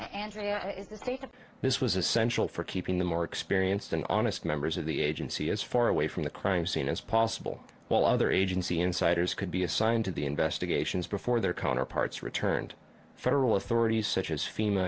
that this was essential for keeping the more experienced and honest members of the agency as far away from the crime scene as possible while other agency insiders could be assigned to the investigations before their counterparts returned federal authorities such as fema